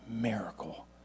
miracle